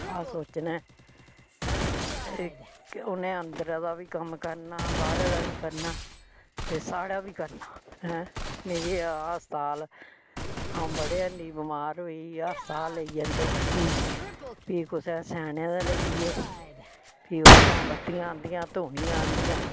अस सोचने उ'नें अंदरें दा बी कम्म करना बाहरे दा बी करना ते साढ़ा बी करना ऐं मिगी अस्ताल अ'ऊं बडे़ हांडी बमार होई अस्ताल लेई जंदे भी भी कुसै स्याने दे लेइये भी उ'त्थुआं बत्तियां आंदियां धूनियां आंदियां